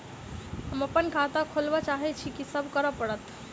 हम अप्पन खाता खोलब चाहै छी की सब करऽ पड़त?